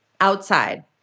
outside